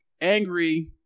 angry